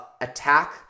attack